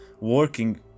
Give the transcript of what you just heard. working